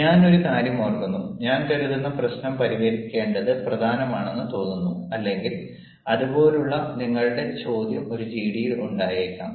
ഞാൻ ഒരു കാര്യം ഓർക്കുന്നു ഞാൻ കരുതുന്ന പ്രശ്നം പരിഗണിക്കേണ്ടത് പ്രധാനമാണെന്ന് തോന്നുന്നു അല്ലെങ്കിൽ അതുപോലുള്ള നിങ്ങളുടെ ചോദ്യം ഒരു ജിഡിയിൽ ഉണ്ടായേക്കാം